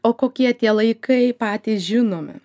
o kokie tie laikai patys žinome